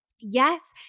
Yes